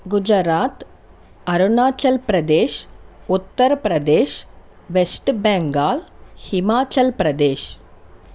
Gujarat Arunachal Pradesh Uttar Pradesh west Bengal Himachal Pradesh